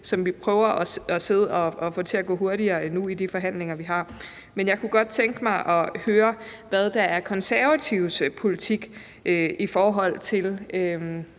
som vi sidder og prøver at få til at gå endnu hurtigere i de forhandlinger, vi har. Jeg kunne godt tænke mig at høre, hvad der er Konservatives politik i forhold til